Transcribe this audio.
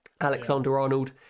Alexander-Arnold